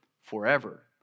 forever